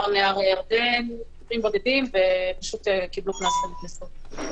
נהר הירדן במקרים בודדים ופשוט הטילו עליהם קנס כשהם נכנסו.